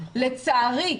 לצערי,